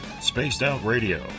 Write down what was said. SpacedOutRadio